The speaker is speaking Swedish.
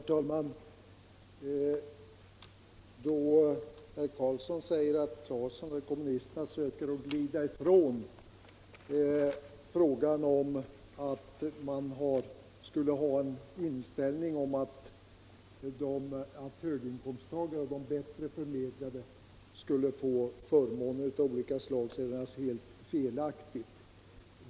Herr talman! Herr Karlssons i Huskvarna påstående att kommunisterna söker glida ifrån sin inställning att höginkomsttagare och bättre bemedlade skulle få förmåner av olika slag är naturligtvis helt felaktigt.